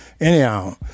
Anyhow